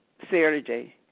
Saturday